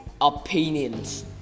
opinions